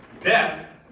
Death